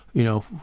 you know,